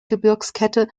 gebirgskette